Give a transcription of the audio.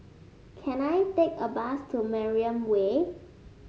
can I take a bus to Mariam Way